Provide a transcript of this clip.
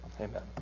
amen